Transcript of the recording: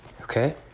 Okay